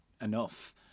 enough